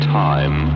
time